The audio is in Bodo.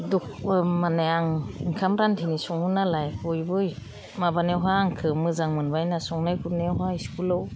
माने आं ओंखाम रानधोनि सङो नालाय बयबो माबानायावहा आंखौ मोजां मोनबाय होनना संनाय खुरनायावहाय स्कुलाव